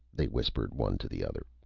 they whispered, one to the other.